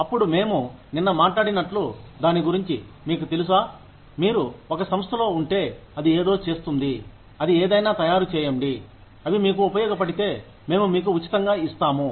అప్పుడు మేము నిన్న మాట్లాడినట్లు దాని గురించి మీకు తెలుసా మీరు ఒక సంస్థలో ఉంటే అది ఏదో చేస్తుంది అది ఏదైనా తయారు చేయండి అవి మీకు ఉపయోగపడితే మేము మీకు ఉచితంగా ఇస్తాము